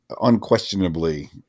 unquestionably